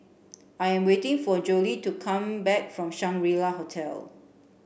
I am waiting for Jolie to come back from Shangri La Hotel